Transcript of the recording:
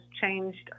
changed